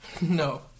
No